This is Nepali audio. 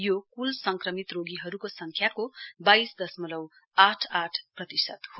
यो कूल संक्रमित रोगीहरूको संख्याको बाइस दशमलउ आठ आठ प्रतिशत हो